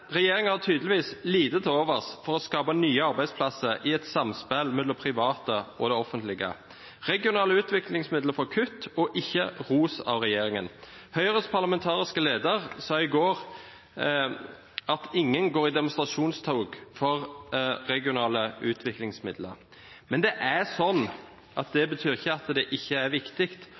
har tydeligvis lite til overs for å skape nye arbeidsplasser i et samspill mellom private og det offentlige. Regionale utviklingsmidler får kutt og ikke ros av regjeringen. Høyres parlamentariske leder sa i går at ingen går i demonstrasjonstog for regionale utviklingsmidler. Men det betyr ikke at det ikke er viktig.